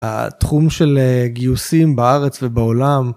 התחום של גיוסים בארץ ובעולם.